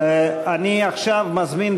בעצם,